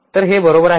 तर हे बरोबर आहे का